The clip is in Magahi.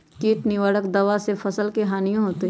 किट निवारक दावा से फसल के हानियों होतै?